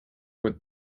with